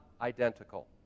identical